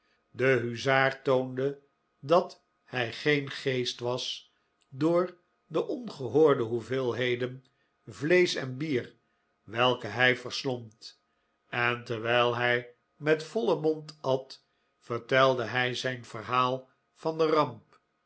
de huzaar toonde dat hij geen geest was door de ongehoorde hoeveelheden vleesch en bier welke hij verslond en terwijl hij met vollen mond at vertelde hij zijn verhaal van de ramp